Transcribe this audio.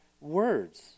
words